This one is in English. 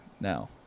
now